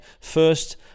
first